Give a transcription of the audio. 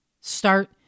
Start